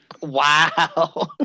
Wow